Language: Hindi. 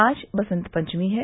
आज वसंत पंचमी है